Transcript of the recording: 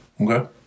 Okay